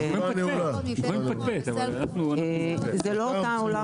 זה לא אותו עולם